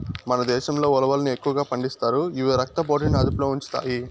మన దేశంలో ఉలవలను ఎక్కువగా పండిస్తారు, ఇవి రక్త పోటుని అదుపులో ఉంచుతాయి